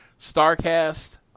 StarCast